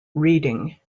reading